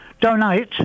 donate